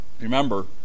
Remember